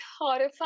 horrifying